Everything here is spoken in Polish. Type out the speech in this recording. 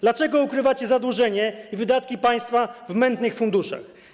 Dlaczego ukrywacie zadłużenie i wydatki państwa w mętnych funduszach?